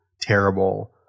Terrible